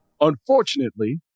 unfortunately